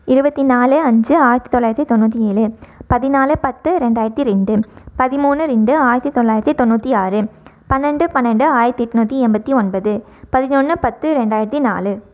இருபத்தி நாலு அஞ்சு ஆயிரத்து தொள்ளாயிரத்து தொண்ணுாற்றி ஏழு பதினாலு பத்து ரெண்டாயிரத்து ரெண்டு பதிமூணு ரெண்டு ஆயிரத்து தொள்ளாயிரத்து தொண்ணுாற்றி ஆறு பன்னெண்டு பன்னெண்டு ஆயிரத்து எட்னுாற்றி எண்பத்தி ஒன்பது பதினொன்று பத்து ரெண்டாயிரத்து நாலு